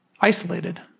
isolated